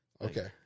Okay